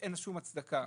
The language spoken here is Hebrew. שאין לה שום הצדקה